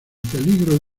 peligro